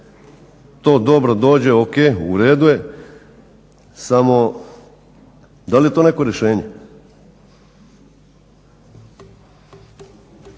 To dobro dođe, o.k., u redu je samo da li je to neko rješenje.